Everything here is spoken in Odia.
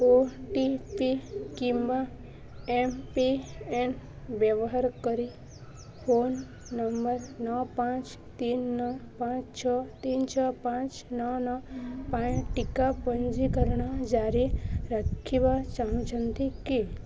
ଓ ଟି ପି କିମ୍ବା ଏମ୍ ପି ଏନ୍ ବ୍ୟବହାର କରି ଫୋନ୍ ନମ୍ବର୍ ନଅ ପାଞ୍ଚ ତିନି ନଅ ପାଞ୍ଚ ଛଅ ତିନି ଛଅ ପାଞ୍ଚ ନଅ ନଅ ପାଇଁ ଟିକା ପଞ୍ଜୀକରଣ ଜାରି ରଖିବା ଚାହୁଁଛନ୍ତି କି